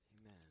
Amen